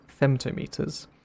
femtometers